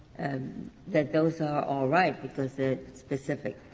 and that those are all right because they're specific.